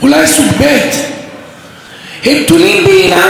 להגיד להם שהם אזרחים סוג ב'.